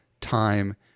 time